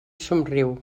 somriu